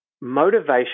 motivation